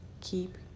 Keep